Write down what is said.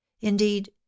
Indeed